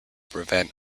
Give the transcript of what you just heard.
prevent